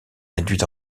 réduit